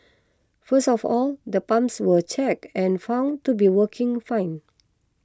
first of all the pumps were checked and found to be working fine